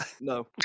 No